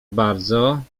bardzo